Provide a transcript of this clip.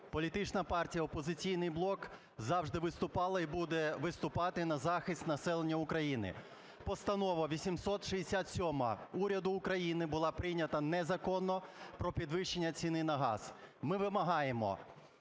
Політична партія "Опозиційний блок" завжди виступала і буде виступати на захист населення України. Постанова 867 уряду України була прийнята незаконно, про підвищення ціна на газ. Ми вимагаємо